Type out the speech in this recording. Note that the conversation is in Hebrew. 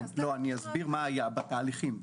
אני אסביר מה קרה בתהליכים.